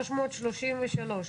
333,